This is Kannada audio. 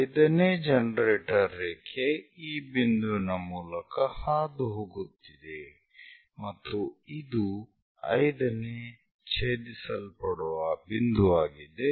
5 ನೇ ಜನರೇಟರ್ ರೇಖೆ ಈ ಬಿಂದುವಿನ ಮೂಲಕ ಹಾದುಹೋಗುತ್ತಿದೆ ಮತ್ತು ಇದು 5 ನೇ ಛೇದಿಸಲ್ಪಡುವ ಬಿಂದುವಾಗಿದೆ